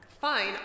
Fine